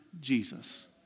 Jesus